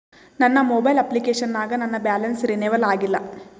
ನನ್ನ mobile application ನಾಗ ನನ್ ಬ್ಯಾಲೆನ್ಸ್ ರೀನೇವಲ್ ಆಗಿಲ್ಲ